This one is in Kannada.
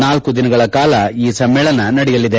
ನಾಲ್ಕು ದಿನಗಳ ಕಾಲ ಈ ಸಮ್ಮೇಳನ ನಡೆಯಲಿದೆ